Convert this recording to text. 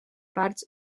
parts